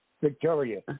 Victoria